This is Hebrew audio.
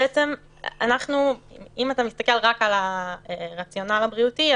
אם אתה מסתכל רק על הרציונל הבריאותי,